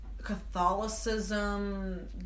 Catholicism